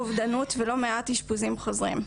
אובדנות ולא מעט אשפוזים חוזרים.